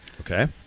Okay